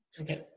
Okay